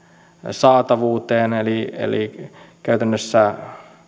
saatavuuteen eli eli käytännössä